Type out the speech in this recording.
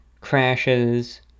crashes